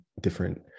different